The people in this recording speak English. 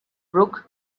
brook